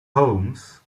homes